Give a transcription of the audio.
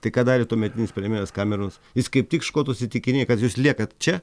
tai ką darė tuometinis premjeras kameronas jis kaip tik škotus įtikinėjo kad jūs liekat čia